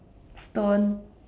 stone